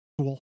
cool